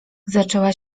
zaczęła